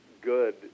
good